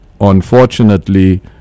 unfortunately